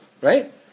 right